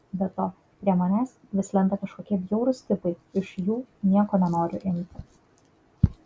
be to prie manęs vis lenda kažkokie bjaurūs tipai iš jų nieko nenoriu imti